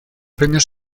premios